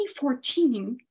2014